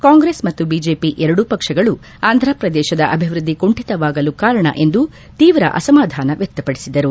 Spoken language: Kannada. ಕಾಂಗ್ರೆಸ್ ಮತ್ತು ಬಿಜೆಪಿ ಎರಡೂ ಪಕ್ಷಗಳು ಆಂಧಪ್ರದೇಶದ ಅಭಿವೃದ್ದಿ ಕುಂಠಿತವಾಗಲು ಕಾರಣ ಎಂದು ತೀವ್ರ ಅಸಮಾಧಾನ ವ್ಯಕ್ತ ಪಡಿಸಿದರು